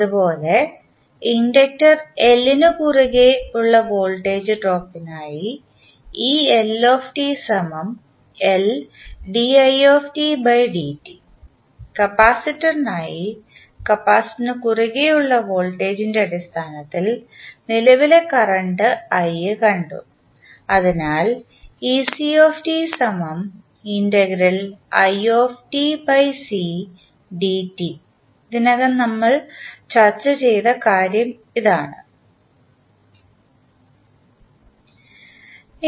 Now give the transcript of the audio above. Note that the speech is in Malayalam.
അതുപോലെ ഇൻഡക്റ്റർ L നുകുറുകെ വോൾട്ടേജ് ഡ്രോപ്പിനായി കപ്പാസിറ്ററിനായി കാപ്പാസിറ്റർ നു കുറുകെ ഉള്ള വോൾട്ടേജിൻറെ അടിസ്ഥാനത്തിൽ നിലവിലെ കറന്റ് i കണ്ടു അതിനാൽ നമ്മൾ ഇതിനകം ചർച്ച ചെയ്ത കാര്യമാണിത്